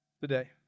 today